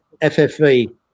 FFV